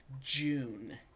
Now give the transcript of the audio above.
June